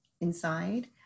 inside